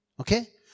Okay